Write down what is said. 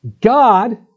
god